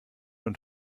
und